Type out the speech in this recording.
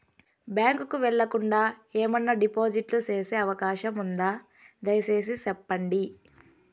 Bank కు వెళ్లకుండా, ఏమన్నా డిపాజిట్లు సేసే అవకాశం ఉందా, దయసేసి సెప్పండి?